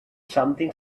something